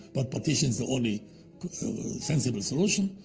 but partition's the only sensible solution,